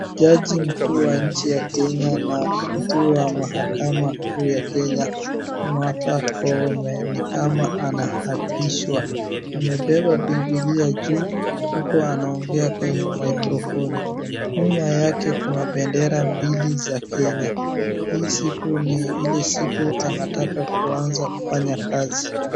Jaji mkuu wa nchi ya Kenya na mkuu wa mahakama kuu ya Kenya, Martha Koome, ni kama anahapishwa. Amebeba biblia juu, huku anaongea kwenye maikrofoni. Nyuma yake kuna bendera mbili za Kenya. Hii siku ni ile siku anataka kuanza kufanya kazi.